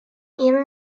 ear